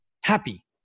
happy